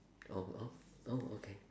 oh oh oh okay